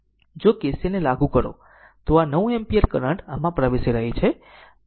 જો KCLને લાગુ કરો તો આ 9 એમ્પીયર કરંટ આમાં પ્રવેશી રહી છે